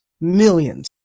Millions